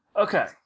Okay